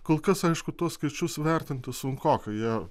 kol kas aišku tuos skaičius vertinti sunkoka jie